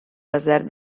desert